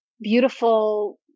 beautiful